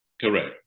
correct